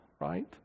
right